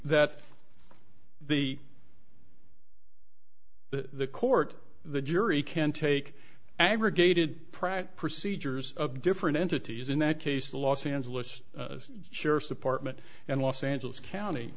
that the the court the jury can take abrogated prac procedures different entities in that case the los angeles sheriff's department and los angeles county